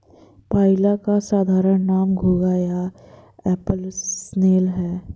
पाइला का साधारण नाम घोंघा या एप्पल स्नेल है